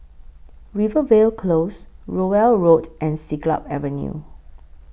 Rivervale Close Rowell Road and Siglap Avenue